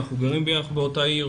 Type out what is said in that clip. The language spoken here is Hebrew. אנחנו גרים באותה עיר,